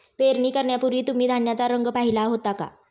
पेरणी करण्यापूर्वी तुम्ही धान्याचा रंग पाहीला होता का?